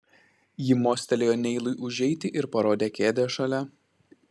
ji mostelėjo neilui užeiti ir parodė kėdę šalia